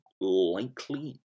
likely